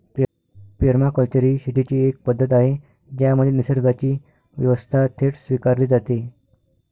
permaculture ही शेतीची एक पद्धत आहे ज्यामध्ये निसर्गाची व्यवस्था थेट स्वीकारली जाते